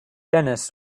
dennis